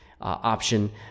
option